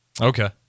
Okay